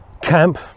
camp